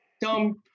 dumb